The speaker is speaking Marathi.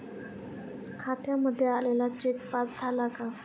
खात्यामध्ये आलेला चेक पास झाला का?